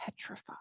petrified